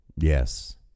yes